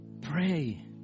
Pray